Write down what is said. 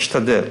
אשתדל,